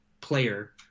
player